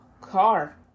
car